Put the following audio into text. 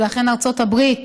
ולכן ארצות הברית